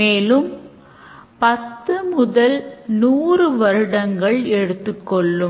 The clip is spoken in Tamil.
மேலும் 10 முதல் 100 வருடங்கள் எடுத்துக் கொள்ளும்